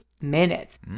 minutes